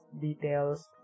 details